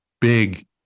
big